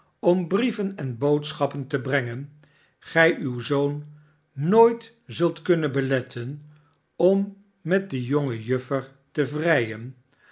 om brieven en boodschappen te brengen gij uw zoon nooit zult kunnen beletten om met die jonge juffer te vrijen